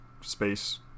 space